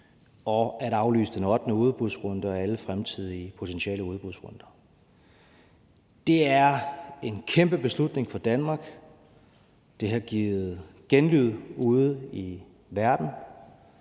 og at aflyse den ottende udbudsrunde og alle fremtidige potentielle udbudsrunder. Det er en kæmpe beslutning for Danmark. Det har givet genlyd ude i verden,